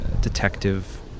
detective